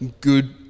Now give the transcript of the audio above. good